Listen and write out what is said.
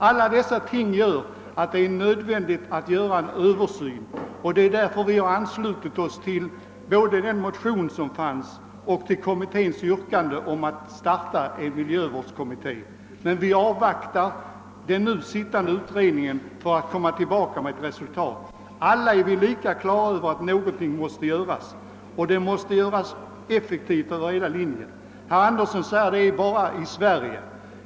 Alla dessa ting gör det nödvändigt att vidta en översyn. Därför har utskottet anslutit sig till motionsyrkandet och kommitténs yrkande om tillsättande av en miljövårdsnämnd men anser att den nu sittande utredningens resultat bör avvaktas. Alla är vi lika medvetna om att effektiva åtgärder måste vidtas över hela linjen. Herr Andersson säger att detta problem bara förekommer i Sverige.